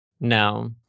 No